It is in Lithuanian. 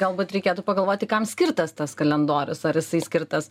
galbūt reikėtų pagalvoti kam skirtas tas kalendorius ar jisai skirtas